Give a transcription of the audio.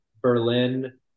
Berlin